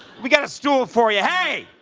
we've got a stool for you. hey,